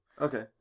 Okay